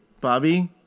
Bobby